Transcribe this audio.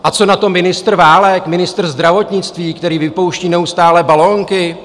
A co na to ministr Válek, ministr zdravotnictví, který vypouští neustále balonky?